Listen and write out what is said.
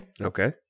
okay